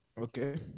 okay